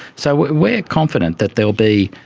so we are confident that there will be,